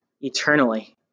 eternally